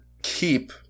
keep